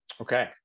Okay